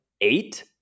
eight